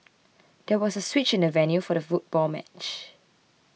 there was a switch in the venue for the football match